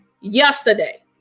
yesterday